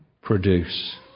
produce